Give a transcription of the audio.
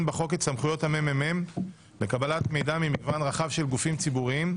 בחוק את סמכויות המ.מ.מ לקבלת מידע ממגוון רחב של גופים ציבוריים,